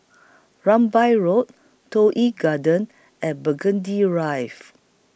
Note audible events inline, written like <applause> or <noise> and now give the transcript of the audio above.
Rambai Road Toh Yi Garden and Burgundy <unintelligible>